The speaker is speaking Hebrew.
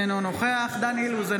אינו נוכח דן אילוז,